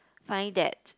find that